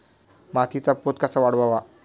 मातीचा पोत कसा वाढवावा?